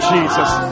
Jesus